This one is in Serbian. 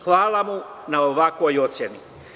Hvala mu na ovakvoj oceni.